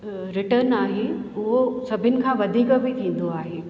return आहे उहो सभिनि खां वधीक बि थींदो आहे